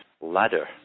ladder